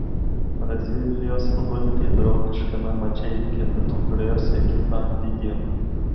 brazilijos futbolininkai draugiškame mače įveikė pietų korėjos ekipą video